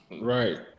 Right